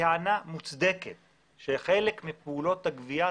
טענה מוצדקת לגבי הצורך בריסון של חלק מפעולות הגבייה.